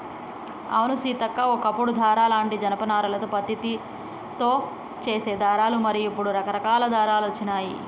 అవును సీతక్క ఓ కప్పుడు దారాలంటే జనప నారాలతో పత్తితో చేసే దారాలు మరి ఇప్పుడు రకరకాల దారాలు వచ్చినాయి